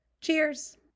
Cheers